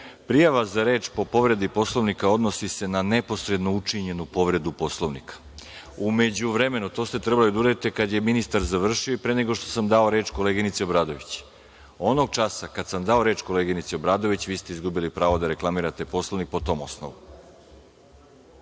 za reč po povredi Poslovnika odnosi se na neposredno učinjenu povredu Poslovnika. U međuvremenu, to ste trebali da uradite kada je ministar završio i pre nego što sam dao reč koleginici Obradović. Onog časa kada sam dao reč koleginici Obradović, vi ste izgubili pravo da reklamirate Poslovnik po tom osnovu.(Miljan